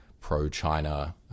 pro-China